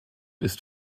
ist